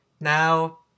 now